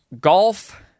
golf